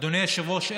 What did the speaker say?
אדוני היושב-ראש,